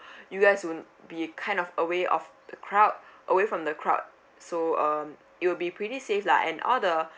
you guys will be kind of away of the crowd away from the crowd so uh you'll be pretty safe lah and all the